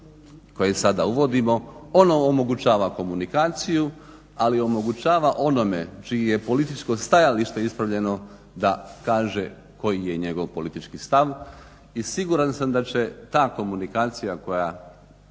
koje sada uvodimo. Ono omogućava komunikaciju, ali omogućava onome čiji je političko stajalište ispravljeno da kaže koji je njegov politički stav. I siguran sam da će ta komunikacija koja